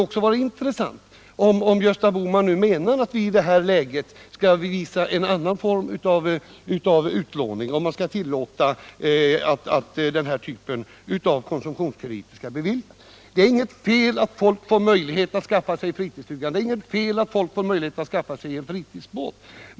Det skulle vara intressant att veta om Gösta Bohman menar att vi I dagens läge skall medge en sådan form av utlåning och tillåta att denna typ av konsumtionskrediter beviljas. Det är inget fel i att folk får möjlighet att skaffa sig fritidsstuga. Det är inget fel att folk får möjlighet att skaffa sig fritidsbåt.